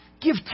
Give